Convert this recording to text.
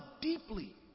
deeply